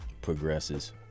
progresses